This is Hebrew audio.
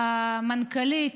המנכ"לית,